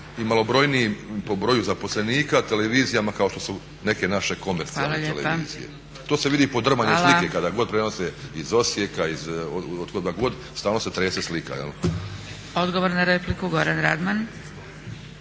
i malobrojnim po broju zaposlenika, televizijama kao što su neke naše komercijalne televizije. To se vidi po drmanju slike kada god prenose iz Osijeka, iz otkuda god, stalno se trese slika. **Zgrebec, Dragica